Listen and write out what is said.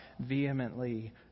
vehemently